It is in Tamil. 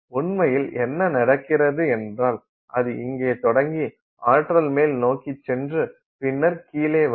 உண்மையில் என்ன நடக்கிறது என்றால் அது இங்கே தொடங்கி ஆற்றல் மேல் நோக்கி சென்று பின்னர் கீழே வரும்